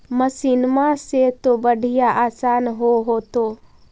मसिनमा से तो बढ़िया आसन हो होतो?